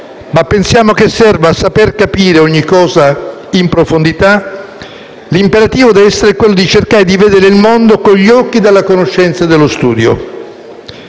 ma pensiamo che serva saper capire ogni cosa in profondità, l'imperativo deve essere quello di cercare di vedere il mondo con gli occhi della conoscenza e dello studio.